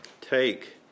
Take